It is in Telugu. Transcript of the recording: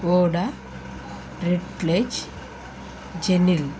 ఓడా రెట్లెజ్ జెనిల్